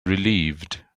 relieved